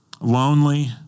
lonely